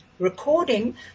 Recording